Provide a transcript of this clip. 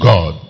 God